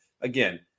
again